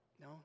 no